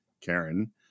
Karen